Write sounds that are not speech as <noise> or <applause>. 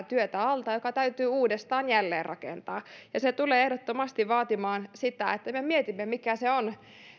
<unintelligible> työtä joka täytyy uudestaan jälleenrakentaa ja se tulee ehdottomasti vaatimaan sitä että me mietimme mikä se